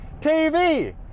TV